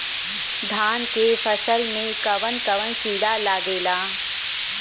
धान के फसल मे कवन कवन कीड़ा लागेला?